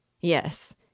Yes